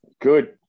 good